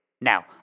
Now